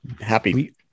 Happy